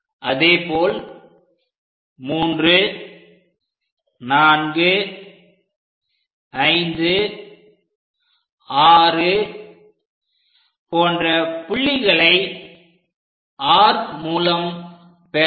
அதேபோல் 3456 போன்ற புள்ளிகளை ஆர்க் மூலம் பெறவும்